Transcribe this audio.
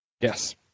Yes